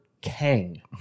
Kang